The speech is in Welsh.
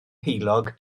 heulog